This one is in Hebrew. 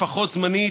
לפחות זמנית,